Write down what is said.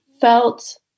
felt